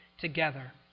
together